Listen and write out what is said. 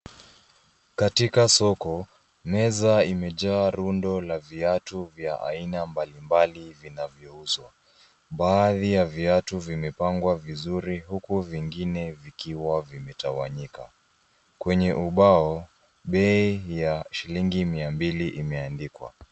Katika soko meza imejaa rundu la viatu vya aina mbali mbali vinavyouswa. Baadhi vya viatu vimepangwa vizuri huku vingine vikiwa vimetawanyika. Kwenye ubao pei ya shillingi mia mbili imeandikwa.